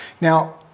Now